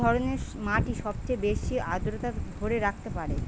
কোন ধরনের মাটি সবচেয়ে বেশি আর্দ্রতা ধরে রাখতে পারে?